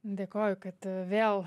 dėkoju kad vėl